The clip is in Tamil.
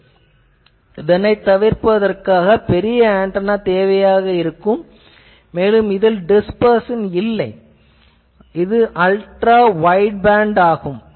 சில பயன்பாடுகளில் இதைத் தவிர்ப்பதற்காக பெரிய ஆன்டெனா தேவையாக இருக்கும் மேலும் இதில் டிஸ்பெர்சன் இல்லை இது அல்ட்ரா வைட்பேண்ட் ஆகும்